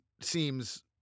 seems